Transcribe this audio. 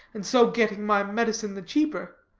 and so getting my medicine the cheaper.